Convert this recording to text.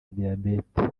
diyabete